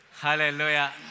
Hallelujah